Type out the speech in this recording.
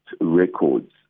records